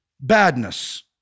badness